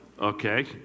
okay